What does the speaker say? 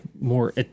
more